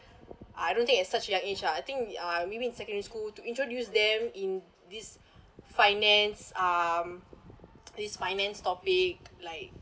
I don't think at such a young age lah I think uh maybe in secondary school to introduce them in this finance um this finance topic like